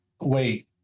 Wait